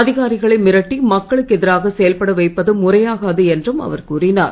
அதிகாரிகளை மிரட்டி மக்களுக்கு எதிராக செயல்பட வைப்பது முறையாகாது என்றும் அவர் கூறினார்